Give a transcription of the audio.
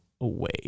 away